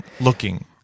looking